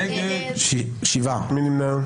מי נמנע?